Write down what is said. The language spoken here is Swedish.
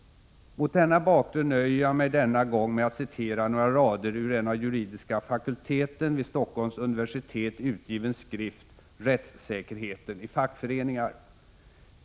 Mot denna bakgrund nöjer jag mig denna gång med att citera några rader ur en av juridiska fakulteten vid Stockholms universitet utgiven skrift, Rättssäkerheten i fackföreningar.